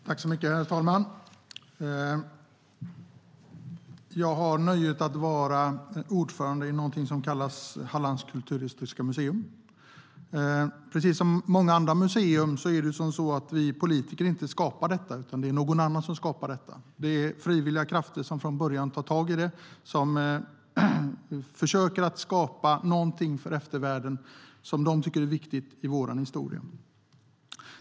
Herr talman! Jag har nöjet att vara ordförande för något som kallas Hallands kulturhistoriska museum. Precis som med många andra museer är det inte vi politiker som skapar dem, utan det är någon annan. Det är frivilliga krafter som tar tag i det från början och som försöker skapa något för eftervärlden som de tycker är viktigt i vår historia.